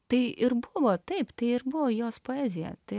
tai ir buvo taip tai ir buvo jos poezija tai